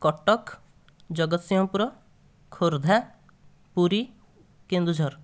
Cuttack Jagatsinghpur Khordha Puri Keonjhar